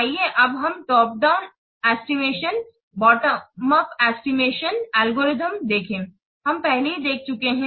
आइए अब हम हम top down estimation bottom up estimation algorithm देखें हम पहले ही देख चुके हैं